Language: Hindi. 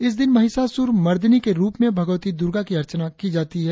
इस दिन महिषासुरमर्दिनी के रुप में भगवती दुर्गा की अर्चना की जाती है